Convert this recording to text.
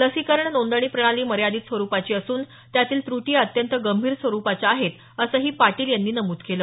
लसीकरण नोंदणी प्रणाली मर्यादित स्वरूपाची असून त्यातील त्रुटी या अत्यंत गंभीर स्वरूपाच्या आहेत असंही पाटील यांनी नमूद केलं